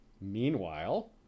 meanwhile